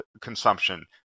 consumption